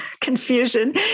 confusion